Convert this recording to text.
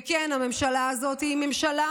וכן, הממשלה הזאת היא ממשלה